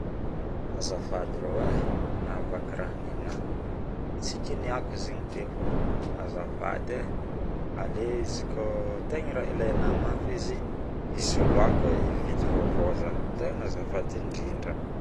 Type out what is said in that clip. Azafady ro ay nahavaky raha nina tsy kiniako izogny teo fao azafady e aleo izy koa tagna raha ilaina mafy izy hisoloako ividy vaovao zaho tegna azafady ndrindra